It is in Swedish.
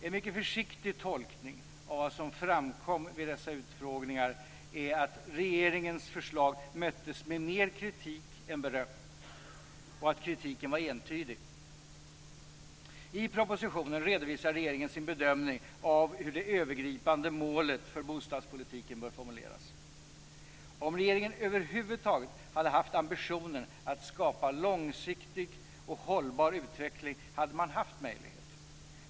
En mycket försiktig tolkning av vad som framkom vid dessa utfrågningar är att regeringens förslag möttes med mer kritik än beröm och att kritiken var entydig. I propositionen redovisar regeringen sin bedömning av hur det övergripande målet för bostadspolitiken bör formuleras. Om regeringen över huvud taget haft ambitionen att skapa långsiktig och hållbar utveckling hade den haft möjlighet.